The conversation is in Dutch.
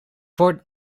word